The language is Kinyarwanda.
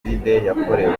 yakorewe